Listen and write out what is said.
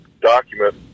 document